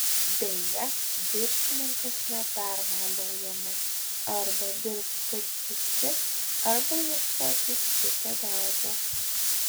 deja viršininkas nepermaldaujamas arba dirbk kaip visi arba ieškokis kito darbo